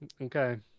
Okay